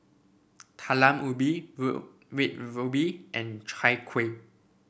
Talam Ubi ruby Red Ruby and Chai Kuih